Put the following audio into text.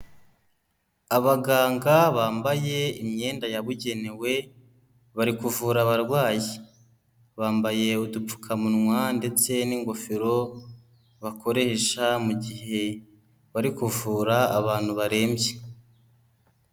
Abaganga bambaye imyenda yabugenewe, bari kuvura abarwayi, bambaye udupfukamunwa ndetse n'ingofero bakoresha mu gihe bari kuvura abantu barembye.